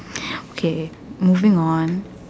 okay moving on